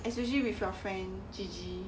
especially with your friend G G